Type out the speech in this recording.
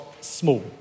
small